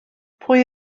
pwy